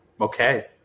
Okay